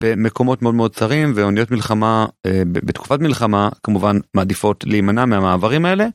במקומות מאוד מאוד צרים, ואוניות מלחמה, אה, ב-בתקופת מלחמה, כמובן, מעדיפות, להימנע מהמעברים האלה.